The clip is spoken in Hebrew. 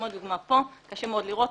כמו הדוגמה פה קשה מאוד לראות,